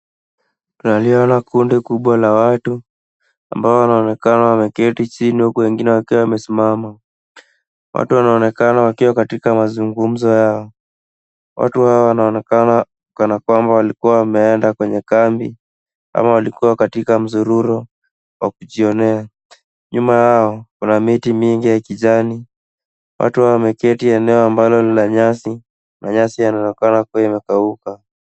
Naliona kundi kubwa la watu ambao wanaonekana wameketi chini huku wengine wakiwa wamesimama. Watu wanaonekana wakiwa katika mazungumzo yao. Watu hawa wanaonekana kana kwamba walikuwa wameenda kwenye kambi ama walikuwa katika mzururo wa kujionea. Nyuma yao kuna miti mingi ya kijani. Watu hao wameketi eneo ambalo ni la nyasi na nyasi inaonekana kuwa imekauka.